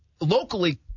locally